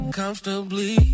comfortably